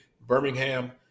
Birmingham